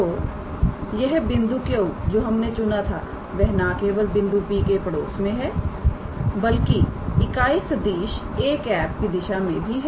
तो यह बिंदु Q जो हमने चुना था वह ना केवल बिंदु P के पड़ोस में है बल्कि इकाई सदिश 𝑎̂ की दिशा में भी है